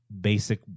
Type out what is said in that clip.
basic